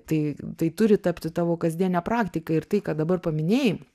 tai tai turi tapti tavo kasdiene praktika ir tai ką dabar paminėjai